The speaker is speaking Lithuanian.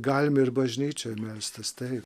galim ir bažnyčioj melstis taip